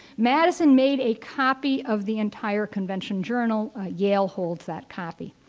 madison made a copy of the entire convention journal, yale holds that copy.